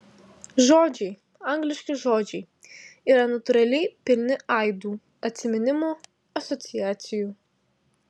žodžiai angliški žodžiai yra natūraliai pilni aidų atsiminimų asociacijų